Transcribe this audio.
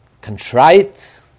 contrite